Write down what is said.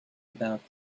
about